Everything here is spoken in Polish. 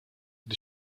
gdy